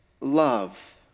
love